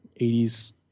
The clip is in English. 80s